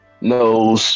No